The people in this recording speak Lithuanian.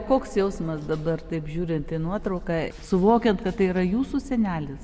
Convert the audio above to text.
koks jausmas dabar taip žiūrint į nuotrauką suvokiant kad tai yra jūsų senelis